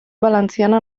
valenciana